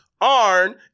Arn